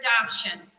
adoption